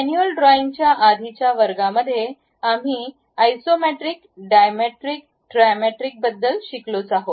manual ड्रॉईंगच्या आधीच्या वर्गांमध्ये आम्ही आयसोमेट्रिक डायमेट्रिक ट्रायमेट्रिक बद्दल काही शिकलो आहे